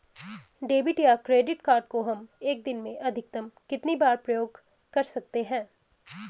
Debit या credit card को हम एक दिन में अधिकतम कितनी बार प्रयोग कर सकते हैं?